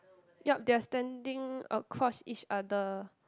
yup they are standing across each other